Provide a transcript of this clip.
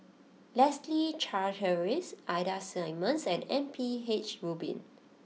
Leslie Charteris Ida Simmons and M P H Rubin